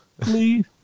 please